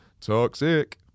Toxic